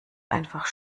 einfach